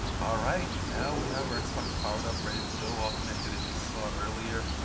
alright, now we have our xbox powered up, ready to go, all connected as you saw earlier.